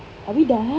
are we done